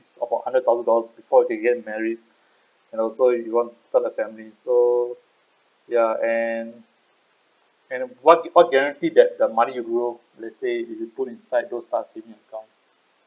about hundred thousand dollars before they get married and also you want start a family so ya and and what what guaranteed that the money you grow let's say if you put inside those type of saving account